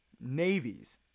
navies